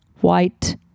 white